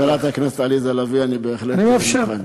בשביל חברת הכנסת עליזה לביא אני בהחלט מוכן.